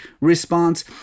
response